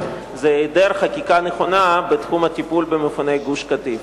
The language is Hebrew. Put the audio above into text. הוא היעדר חקיקה נכונה בתחום הטיפול במפוני גוש-קטיף.